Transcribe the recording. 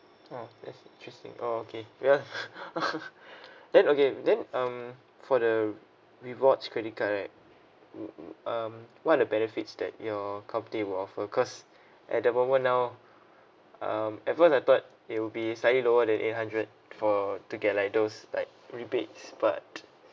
oh that's interesting oh okay uh then okay then um for the rewards credit card right mm mm um what the benefits that your company will offer because at the moment now um at first I thought it will be slightly lower than eight hundred for to get like those like rebates but